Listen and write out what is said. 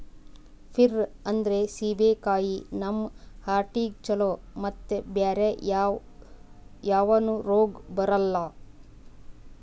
peer ಅಂದ್ರ ಸೀಬೆಕಾಯಿ ನಮ್ ಹಾರ್ಟಿಗ್ ಛಲೋ ಮತ್ತ್ ಬ್ಯಾರೆ ಯಾವನು ರೋಗ್ ಬರಲ್ಲ್